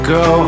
go